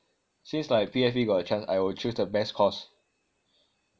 since like P_F_P got chance I will choose to best course